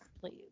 please